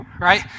right